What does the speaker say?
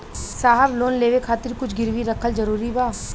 साहब लोन लेवे खातिर कुछ गिरवी रखल जरूरी बा?